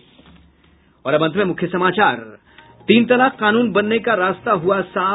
और अब अंत में मुख्य समाचार तीन तलाक कानून बनने का रास्ता हुआ साफ